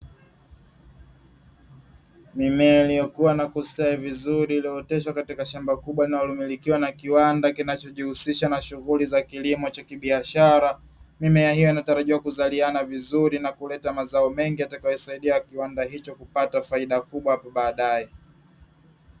Mimea iliyokua na kustawi vizuri iiyooteshwa katika shamba kubwa, linalomilikiwa na kiwanda kinacho jihusisha na shughuli za kilimo cha kibiashara. Mimea hiyo inatarajiwa kuzaliana vizuri na kuleta mazao mengi yatakayosaidia kiwanda hicho kupata faida kubwa hapo baadae.